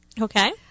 Okay